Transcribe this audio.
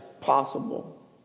possible